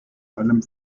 allem